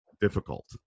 difficult